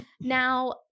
Now